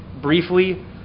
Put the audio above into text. briefly